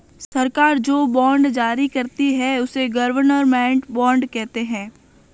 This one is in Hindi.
सरकार जो बॉन्ड जारी करती है, उसे गवर्नमेंट बॉन्ड कहते हैं